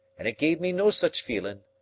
and it gave me no such feelin',